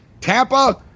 Tampa